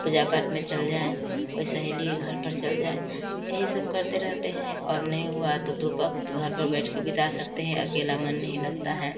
पूजा पाठ में चल जाए कोई सहेली घर पर चल जाए यही सब करते रहते हैं और नहीं हुआ तो दो वक्त घर पर बैठकर बिता सकते हैं अकेला मन नहीं लगता है